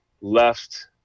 Left